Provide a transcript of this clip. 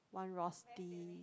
one Rosti